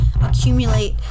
accumulate